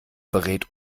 berät